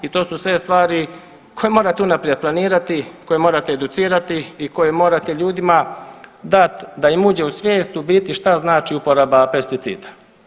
I to su sve stvari koje morate unaprijed planirati, koje morate educirati i koje morate ljudima dati da im uđe u svijest u biti šta znači uporaba pesticida.